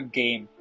game